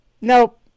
nope